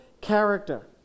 character